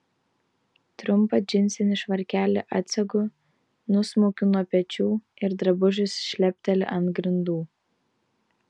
trumpą džinsinį švarkelį atsegu nusmaukiu nuo pečių ir drabužis šlepteli ant grindų